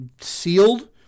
sealed